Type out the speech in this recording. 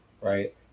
right